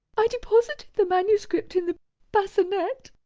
i deposited the manuscript in the basinette,